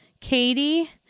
Katie